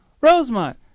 Rosemont